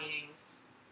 meetings